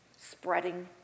spreading